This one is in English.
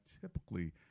typically